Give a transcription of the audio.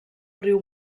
riu